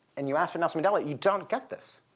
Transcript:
and you asked for nelson mandela, you don't get this.